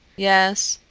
yes.